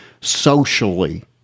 socially